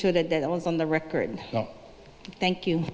sure that that was on the record no thank you